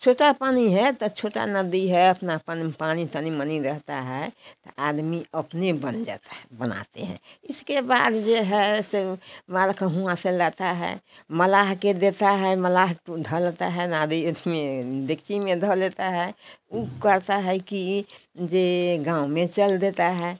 छोटा पानी है तो छोटी नदी है अपना पानी पानी तानी मनी रहता है आदमी अपने बन जाता है बनाते हैं इसके बाद जो है सो माल को हुआँ से लाता है मलाह के देता है मलाह तो धर लेता है नदी अथी में देग़ची में धो लेता है वह करता है कि जे गाँव में चल देता है